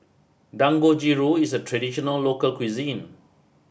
Dangojiru is a traditional local cuisine